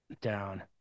Down